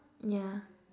yeah